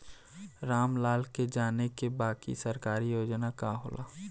राम लाल के जाने के बा की सरकारी योजना का होला?